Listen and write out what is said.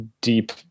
deep